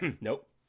Nope